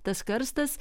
tas karstas